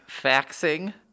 faxing